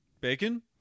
bacon